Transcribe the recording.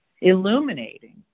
illuminating